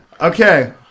Okay